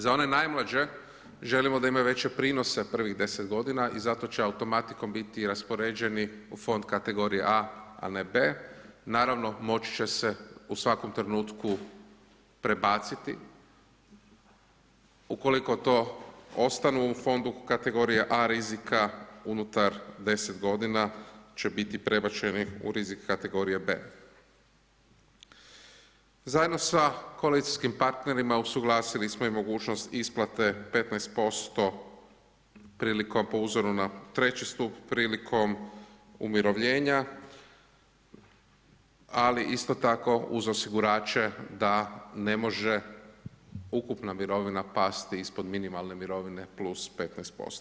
Za one najmlađe želimo da imaju veće prinose prvih 10 godina i zato će automatikom biti i raspoređeni u fond kategorije A a ne B. Naravno moći će se u svakom trenutku prebaciti ukoliko to ostanu u fondu kategorija A rizika unutar 10 godina će biti prebačeni u rizik kategorije B. Zajedno sa koalicijskim partnerima usuglasili smo i mogućnost isplate 15% prilikom, po uzoru na III. stup, prilikom umirovljenja ali isto tako uz osigurače da ne može ukupna mirovina pasti ispod minimalne mirovine +15%